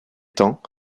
temps